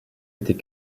était